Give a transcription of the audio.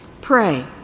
pray